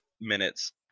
minutes